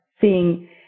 seeing